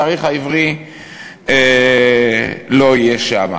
התאריך העברי לא יהיה שם.